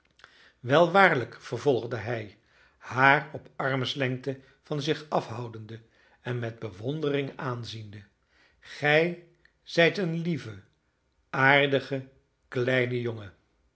wel waarlijk vervolgde hij haar op armslengte van zich afhoudende en met bewondering aanziende gij zijt een lieve aardige kleine jongen